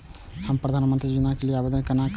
हम प्रधानमंत्री योजना के लिये आवेदन केना करब?